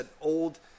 old